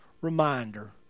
reminder